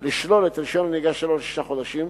ולשלול את רשיון הנהיגה שלו לשישה חודשים,